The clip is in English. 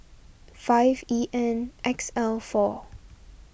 five E N X L four